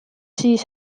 siis